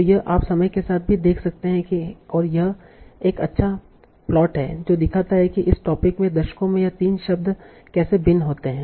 तो यह आप समय के साथ भी देख सकते हैं और यह एक अच्छा प्लॉट है जो दिखाता है कि इस टोपिक में दशकों में यह 3 शब्द कैसे भिन्न होते हैं